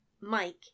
Mike